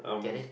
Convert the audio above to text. get it